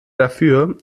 dafür